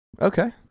Okay